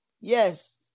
Yes